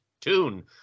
tune